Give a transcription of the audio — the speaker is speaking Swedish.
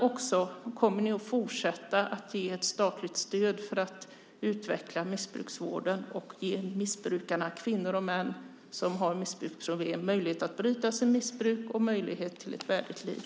Och kommer ni att fortsätta att ge ett statligt stöd för att utveckla missbrukarvården och ge kvinnor och män med missbruksproblem möjlighet att bryta sitt missbruk och möjlighet till ett värdigt liv?